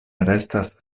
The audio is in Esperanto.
restas